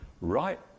right